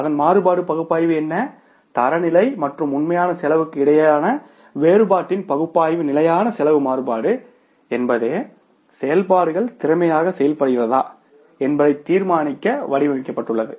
அதன் மாறுபாடு பகுப்பாய்வு என்ன தரநிலை மற்றும் உண்மையான செலவுக்கு இடையிலான வேறுபாட்டின் பகுப்பாய்வு நிலையான செலவு மாறுபாடு என்பது செயல்பாடுகள் திறமையாக செய்யப்படுகிறதா என்பதை தீர்மானிக்க வடிவமைக்கப்பட்டுள்ளது